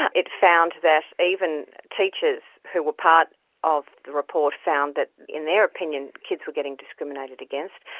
ah it found that even teachers who were part of the report found that in their opinion kids were getting discriminated against.